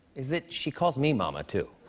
is that, she calls me mama too.